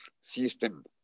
system